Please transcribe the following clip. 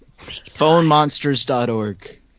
Phonemonsters.org